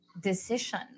decision